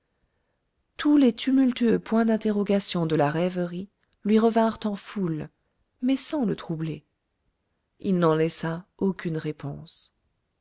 tous les tumultueux points d'interrogation de la rêverie lui revinrent en foule mais sans le troubler il n'en laissa aucun sans réponse